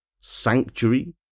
Sanctuary